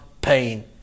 pain